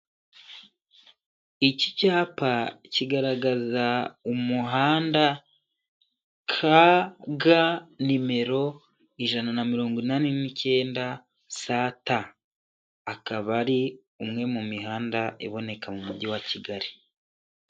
Iki cyapa kigaragaza umuhanda KG nimero ijana na mirongo inani n'icyenda ST, akaba ari umwe mu mihanda iboneka mu mujyi wa Kigali.